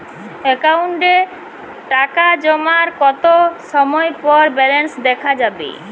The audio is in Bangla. অ্যাকাউন্টে টাকা জমার কতো সময় পর ব্যালেন্স দেখা যাবে?